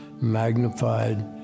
magnified